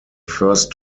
first